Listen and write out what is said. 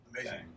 Amazing